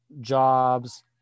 jobs